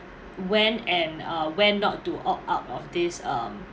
when and uh when not to opt out of this um